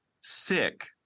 sick